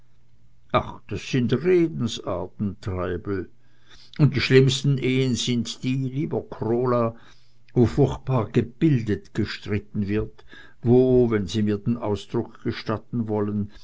ach das sind redensarten treibel und die schlimmsten ehen sind die lieber krola wo furchtbar gebildet gestritten wird wo wenn sie mir den ausdruck gestatten wollen